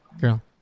Girl